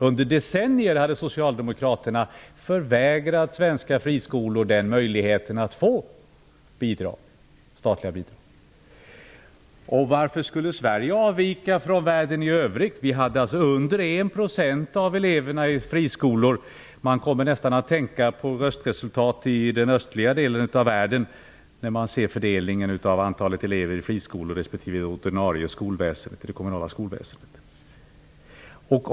Under decennier hade socialdemokraterna förvägrat svenska friskolor möjligheten till statliga bidrag. Varför skulle Sverige avvika från världen i övrigt? I Sverige fanns mindre än 1 % av eleverna i friskolor. Man kommer nästan att tänka på röstresultat i den östliga delen av världen när man ser fördelningen av antalet elever i friskolorna respektive i det kommunala skolväsendet.